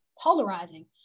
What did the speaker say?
polarizing